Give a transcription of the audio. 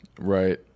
right